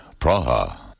Praha